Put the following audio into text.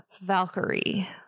Valkyrie